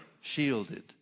shielded